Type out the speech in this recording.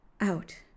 Out